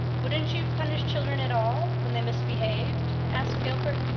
wouldn't you punish children at all, when they misbehaved? asked gilbert.